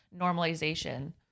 normalization